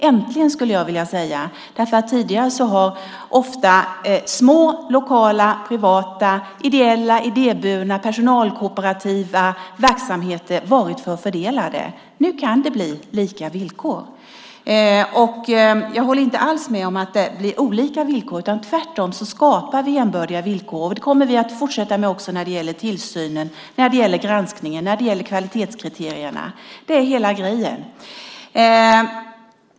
Äntligen, skulle jag vilja säga, därför att tidigare har ofta små, lokala, privata, ideella, idéburna och personalkooperativa verksamheter varit förfördelade. Nu kan det bli lika villkor. Jag håller inte alls med om att det blir olika villkor. Tvärtom skapar vi jämbördiga villkor. Det kommer vi att fortsätta med också när det gäller tillsynen, när det gäller granskningen och när det gäller kvalitetskriterierna. Det är hela grejen.